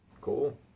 Cool